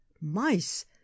mice